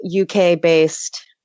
UK-based